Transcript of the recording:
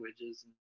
languages